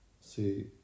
See